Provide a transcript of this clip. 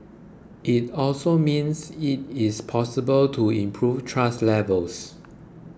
it also means it is possible to improve trust levels